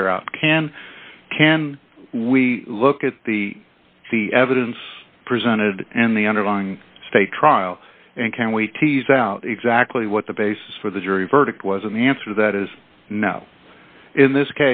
figure out can can we look at the evidence presented and the underlying state trial and can we tease out exactly what the basis for the jury verdict was an answer that is not in this